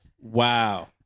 Wow